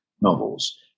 novels